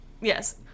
Yes